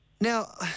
Now